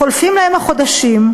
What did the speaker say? חולפים להם החודשים,